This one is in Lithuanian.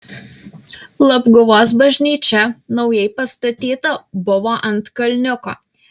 labguvos bažnyčia naujai pastatyta buvo ant kalniuko